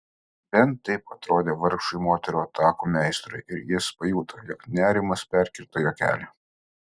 bent taip atrodė vargšui moterų atakų meistrui ir jis pajuto jog nerimas perkirto jo kelią